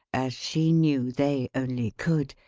as she knew they only could,